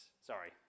Sorry